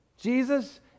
Jesus